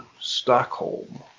stockholm